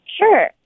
Sure